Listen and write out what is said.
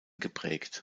geprägt